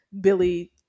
Billy